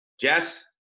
Jess